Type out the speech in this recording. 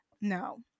No